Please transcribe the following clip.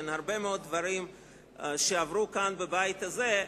בין הרבה מאוד דברים שעברו פה בבית הזה,